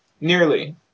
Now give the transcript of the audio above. nearly